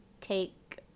take